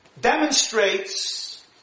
demonstrates